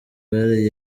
gare